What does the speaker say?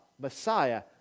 Messiah